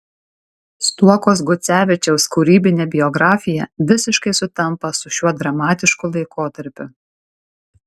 stuokos gucevičiaus kūrybinė biografija visiškai sutampa su šiuo dramatišku laikotarpiu